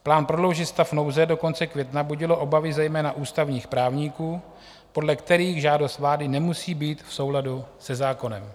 Plán prodloužit stav nouze do konce května budil obavy zejména ústavních právníků, podle kterých žádost vlády nemusí být v souladu se zákonem.